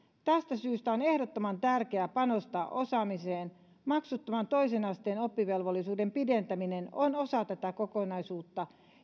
tästä syystä on ehdottoman tärkeä panostaa osaamiseen maksuttoman toisen asteen oppivelvollisuuden pidentäminen on osa tätä kokonaisuutta